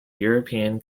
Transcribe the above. european